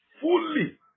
fully